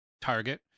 target